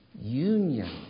Union